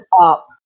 up